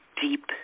deep